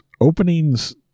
openings